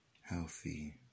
healthy